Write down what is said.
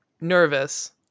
nervous